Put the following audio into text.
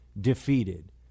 defeated